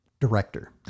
director